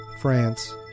France